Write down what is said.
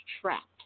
trapped